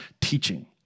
teaching